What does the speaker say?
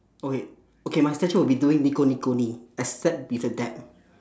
okay okay my statue will be doing nico nico nii except with a dab